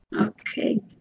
Okay